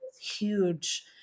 huge